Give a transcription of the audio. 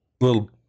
little